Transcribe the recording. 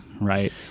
right